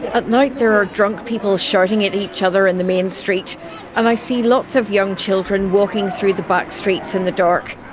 at night there are drunk people shouting at each other in the main street, and i see lots of young children walking through the back streets in the dark.